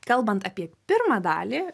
kalbant apie pirmą dalį